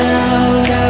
out